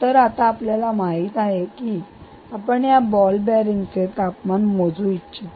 तर आता आपल्याला माहिती आहे की आपण या बॉल बेअरिंगचे तापमान मोजू इच्छित आहात